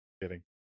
Kidding